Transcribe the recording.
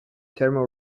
thermal